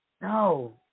No